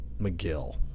McGill –